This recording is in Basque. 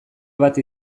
bat